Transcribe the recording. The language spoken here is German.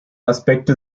aspekte